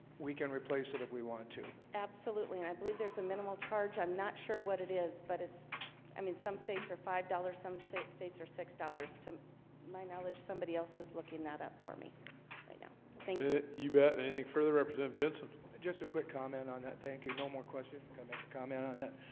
we can replace it if we want to absolutely, and i believe there's a minimal charge i'm not sure what it is but it's i mean some states are five dollars some states states are six dollars to my knowledge somebody else is looking that up for me i know things that you bet anything further represent of jensen just a quick comment on that. thank you no more questions i make a comment on that